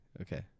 Okay